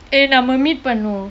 eh நாம:naama meet பண்ணுவோம்:pannuvom